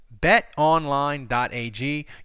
BetOnline.ag